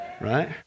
right